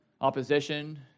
opposition